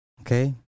Okay